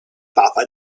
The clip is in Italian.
papa